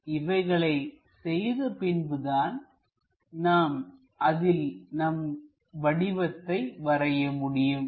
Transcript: இவைகளை செய்த பின்பு தான் நாம் அதில் நமது வடிவத்தை வரைய முடியும்